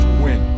win